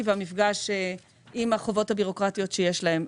והמפגש עם החובות הבירוקרטיות שיש להם.